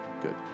good